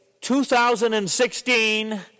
2016